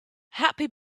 happy